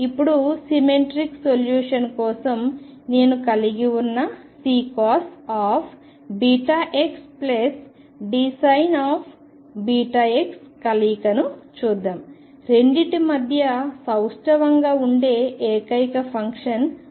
ఇప్పుడు symmetric solution కోసం నేను కలిగి ఉన్న Ccos βx Dsin βx కలయికను చూద్దాం రెండింటి మధ్య సౌష్టవంగా ఉండే ఏకైక ఫంక్షన్ కొసైన్